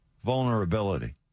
vulnerability